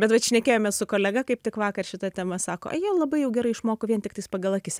bet vat šnekėjomės su kolega kaip tik vakar šita tema sako a jie labai jau gerai išmoko vien tiktais pagal akis